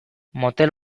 motel